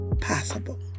possible